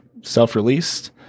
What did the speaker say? self-released